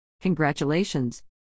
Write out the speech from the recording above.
Congratulations